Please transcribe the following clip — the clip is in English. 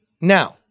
Now